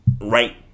right